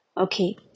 Okay